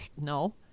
no